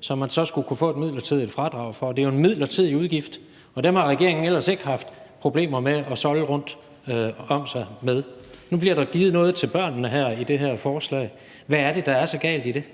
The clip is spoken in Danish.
som man så skulle kunne få et midlertidigt fradrag for – det er jo en midlertidig udgift, og det er jo ikke noget, regeringen ellers har problemer med at solde rundt om sig med penge til. Nu bliver der i det her forslag givet noget til børnene – hvad er det, der er så galt i det?